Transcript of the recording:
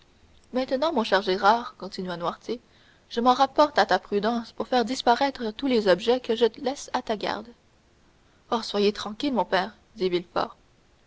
maintenant mon cher gérard continua noirtier je m'en rapporte à ta prudence pour faire disparaître tous les objets que je laisse à ta garde oh soyez tranquille mon père dit